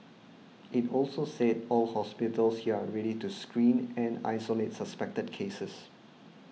it also said all hospitals here are ready to screen and isolate suspected cases